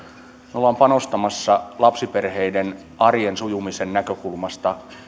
me olemme panostamassa lapsiperheiden arjen sujumisen näkökulmasta